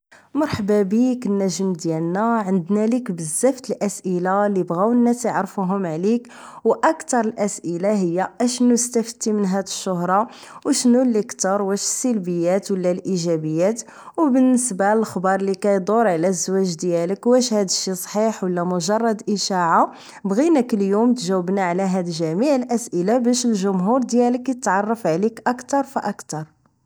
مرحبا بك النجم ديالنا عندنا لك بزاف الاسئله اللي بغاو الناس يعرفوهم عليك. واكثر الاسئله هي اشنو استفدتي من هاذ الشهره؟ وشنو اللي كثر واش السلبيات ولا الايجابيات؟ وبالنسبه للاخبار اللي كيدور على الزواج ديالك واش هاد الشي صحيح ولا مجرد اشاعه؟ بغينا كل يوم تجاوبني على هاد جميع الاسئله باش الجمهور ديالك يتعرف عليك اكثر فاكثر